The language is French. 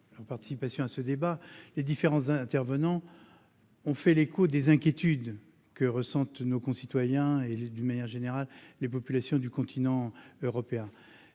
leur participation à ce débat, se sont fait l'écho des inquiétudes que ressentent nos concitoyens et, d'une manière générale, les populations du continent européen.